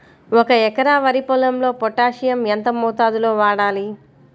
ఒక ఎకరా వరి పొలంలో పోటాషియం ఎంత మోతాదులో వాడాలి?